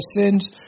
sins